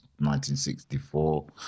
1964